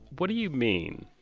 what do you mean?